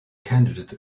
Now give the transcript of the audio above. candidate